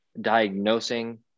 diagnosing